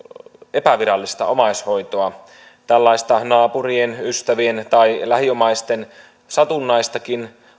epävirallista omaishoitoa tällainen naapurien ystävien tai lähiomaisten satunnainenkin